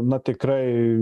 na tikrai